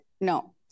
No